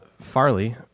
Farley